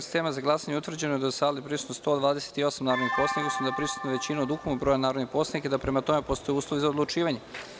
sistema za glasanje utvrđeno da je u sali prisutno 128 narodnih poslanika, odnosno da je prisutna većina od ukupnog broja narodnih poslanika, te da prema tome postoje uslovi za odlučivanje.